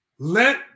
let